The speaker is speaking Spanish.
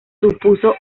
supuso